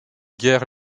guère